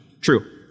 true